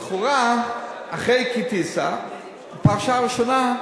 אחרי כי-תישא בפרשה הראשונה,